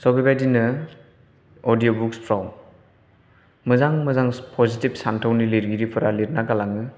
स' बेबयदिनो अडिय' बुक्सफोराव मोजां मोजां पजिटिभ सान्थौनि लिरगिरिफोरा लिरना गालाङो